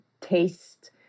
taste